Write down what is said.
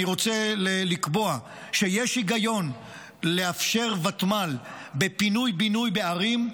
אני רוצה לקבוע שיש היגיון לאפשר ותמ"ל בפינוי-בינוי בערים,